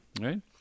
right